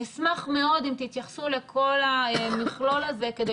אני אשמח מאוד אם תתייחסו לכל המכלול הזה כדי